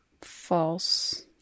False